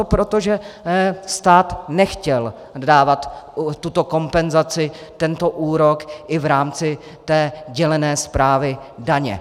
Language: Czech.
Proto, že stát nechtěl dávat tuto kompenzaci, tento úrok i v rámci dělené správy daně.